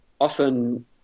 often